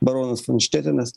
baronas fon štetenas